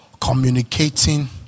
communicating